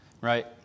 Right